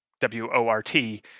W-O-R-T